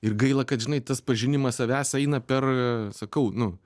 ir gaila kad žinai tas pažinimas savęs eina per sakau nu